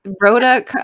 Rhoda